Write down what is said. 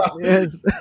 yes